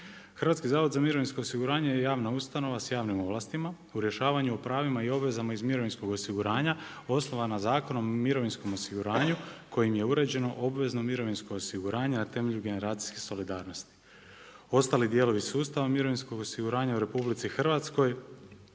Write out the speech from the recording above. Hrvatski zavod za mirovinsko osiguranje je javna ustanova sa javnim ovlastima u rješavanju o pravima i obvezama iz mirovinskog osiguranja, osnovana Zakonom o mirovinskom osiguranju kojim je uređeno obvezeno mirovinsko osiguranje na temelju generacijske solidarnosti. Ostali dijelovi sustava mirovinskog osiguranja u RH, uređeni